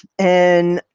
and,